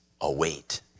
await